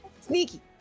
Sneaky